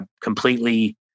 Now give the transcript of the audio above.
completely